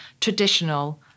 traditional